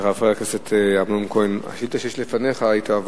של חבר הכנסת אמנון כהן, שאינו